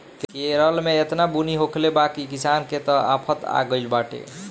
केरल में एतना बुनी होखले बा की किसान के त आफत आगइल बाटे